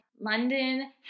London